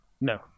No